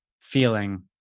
feeling